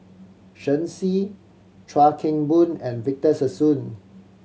Shen Xi Chuan Keng Boon and Victor Sassoon